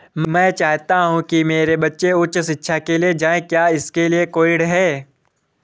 मैं चाहता हूँ कि मेरे बच्चे उच्च शिक्षा के लिए जाएं क्या इसके लिए कोई ऋण है?